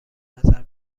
نظر